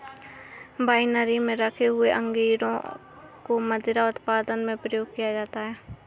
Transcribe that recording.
winery में रखे हुए अंगूरों को मदिरा उत्पादन में प्रयोग किया जाता है